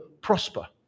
prosper